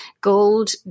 Gold